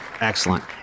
Excellent